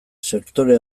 sektore